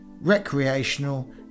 recreational